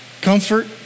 comfort